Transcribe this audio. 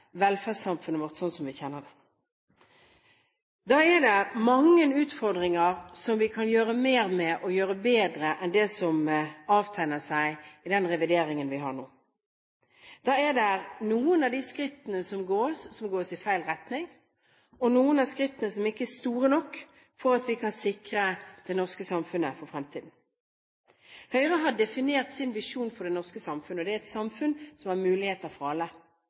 velferdssamfunnet vårt slik vi kjenner det. Da er det mange utfordringer som vi kan gjøre mer med, og løse bedre, enn det som avtegner seg i den revideringen vi har nå. Da er det noen av de skrittene som gås, som gås i feil retning, og noen av skrittene som ikke er store nok for å sikre det norske samfunnet for fremtiden. Høyre har definert sin visjon for det norske samfunn, og det er «et samfunn som gir muligheter for alle».